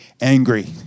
angry